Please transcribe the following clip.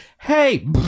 hey